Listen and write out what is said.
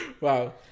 Wow